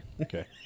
Okay